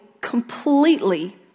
completely